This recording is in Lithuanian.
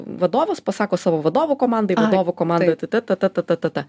vadovas pasako savo vadovų komandai vadovų komanda ta ta ta ta ta ta